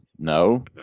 No